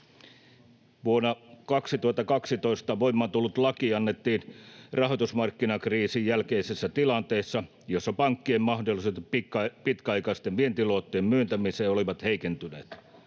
Vuonna 2012 voimaan tullut laki annettiin rahoitusmarkkinakriisin jälkeisessä tilanteessa, jossa pankkien mahdollisuudet pitkäaikaisten vientiluottojen myöntämiseen olivat heikentyneet.